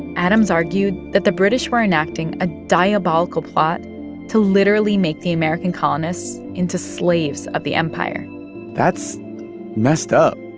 adams argued that the british were enacting a diabolical plot to literally make the american colonists into slaves of the empire that's messed up.